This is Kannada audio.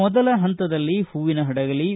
ಮೊದಲ ಹಂತದಲ್ಲಿ ಹೂವಿನಹಡಗಲಿ